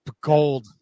gold